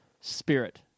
spirit